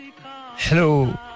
Hello